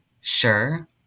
sure